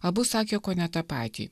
abu sakė kone tą patį